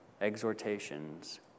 exhortations